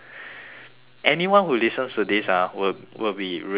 anyone who listens to this ah will will be really very done